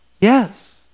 Yes